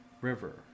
river